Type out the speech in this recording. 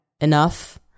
enough